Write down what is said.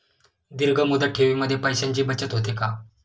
दीर्घ मुदत ठेवीमध्ये पैशांची बचत होते का?